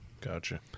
Gotcha